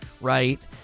Right